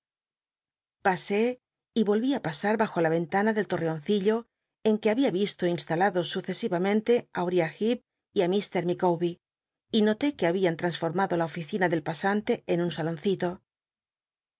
y volví i pasa r bajo la ventana del lorreoncillo en uc había visto instalados sucesivamente ü ul'iah lleep y á ilr lficawber y notó que habian t ransformado la oficina del pasante en un snloncilo